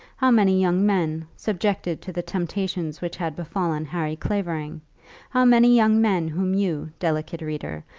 how many young men, subjected to the temptations which had befallen harry clavering how many young men whom you, delicate reader,